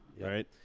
right